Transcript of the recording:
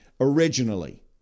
originally